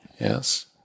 yes